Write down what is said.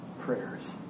prayers